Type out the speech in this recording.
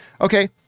okay